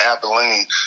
Abilene